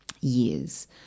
Years